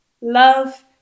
love